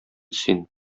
син